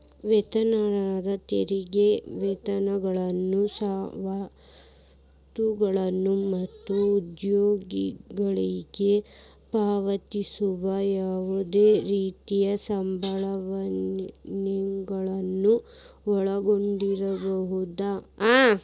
ವೇತನದಾರ ತೆರಿಗೆ ವೇತನಗಳು ಸವಲತ್ತುಗಳು ಮತ್ತ ಉದ್ಯೋಗಿಗಳಿಗೆ ಪಾವತಿಸುವ ಯಾವ್ದ್ ರೇತಿ ಸಂಭಾವನೆಗಳನ್ನ ಒಳಗೊಂಡಿರ್ತದ